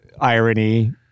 Irony